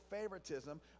favoritism